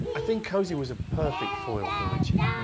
i think cozy was a perfect foil for ritchie,